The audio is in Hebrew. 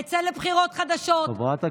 תצא לבחירות חדשות, חברת הכנסת רגב.